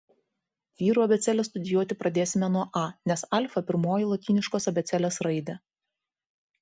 vyrų abėcėlę studijuoti pradėsime nuo a nes alfa pirmoji lotyniškos abėcėlės raidė